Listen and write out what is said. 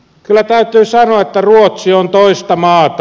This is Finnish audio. kyllä täytyy sanoa että ruotsi on toista maata